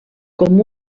com